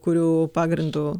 kurių pagrindu